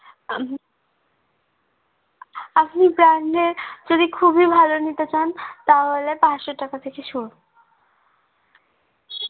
আপনি ব্রান্ডেড যদি খুবই ভালো নিতে চান তাহলে পাঁচশো টাকা থেকে শুরু